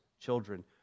children